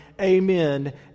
Amen